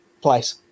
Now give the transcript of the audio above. place